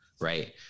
Right